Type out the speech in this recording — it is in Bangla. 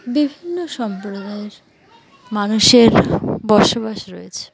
বিভিন্ন সম্প্রদায়ের মানুষের বসবাস রয়েছে